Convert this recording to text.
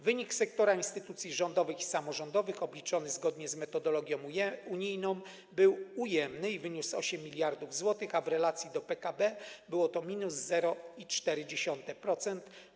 Wynik sektora instytucji rządowych i samorządowych obliczony zgodnie z metodologią unijną był ujemny i wyniósł 8 mld zł, a w relacji do PKB było to minus 0,4%.